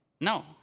No